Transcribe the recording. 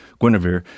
Guinevere